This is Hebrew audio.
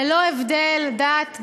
ללא הבדל דת,